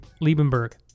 Liebenberg